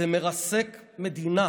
זה מרסק מדינה,